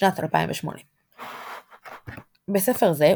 בשנת 2008. בספר זה,